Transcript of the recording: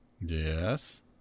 Yes